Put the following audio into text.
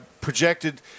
projected